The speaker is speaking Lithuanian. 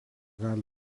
gali